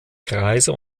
kreise